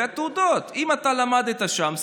אלא תעודות: אם אתה למדת שם,